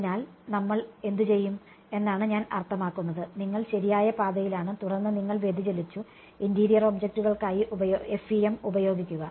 അതിനാൽ നമ്മൾ എന്ത് ചെയ്യും എന്നാണ് ഞാൻ അർത്ഥമാക്കുന്നത് നിങ്ങൾ ശരിയായ പാതയിലാണ് തുടർന്ന് നിങ്ങൾ വ്യതിചലിച്ചു ഇന്റീരിയർ ഒബ്ജക്റ്റുകൾക്കായി FEM ഉപയോഗിക്കുക